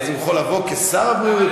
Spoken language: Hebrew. אז הוא יכול לבוא כשר הבריאות,